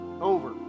over